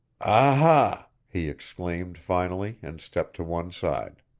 ah hah, he exclaimed, finally, and stepped to one side.